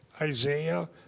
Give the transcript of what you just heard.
Isaiah